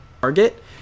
target